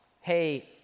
hey